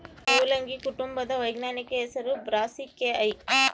ಮುಲ್ಲಂಗಿ ಕುಟುಂಬದ ವೈಜ್ಞಾನಿಕ ಹೆಸರು ಬ್ರಾಸಿಕೆಐ